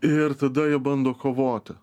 ir tada jie bando kovoti